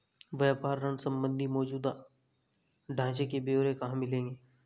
व्यापार ऋण संबंधी मौजूदा ढांचे के ब्यौरे कहाँ मिलेंगे?